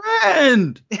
friend